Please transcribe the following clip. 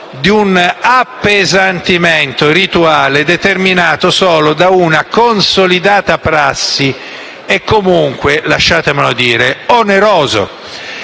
di un appesantimento rituale determinato solo da una consolidata prassi e, comunque - lasciatemelo dire - oneroso,